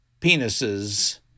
penises